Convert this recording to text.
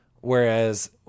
whereas